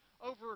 over